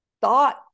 thought